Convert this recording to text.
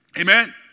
Amen